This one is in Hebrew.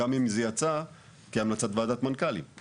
גם אם זה יצא כהמלצת ועדת מנכ"לים.